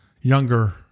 younger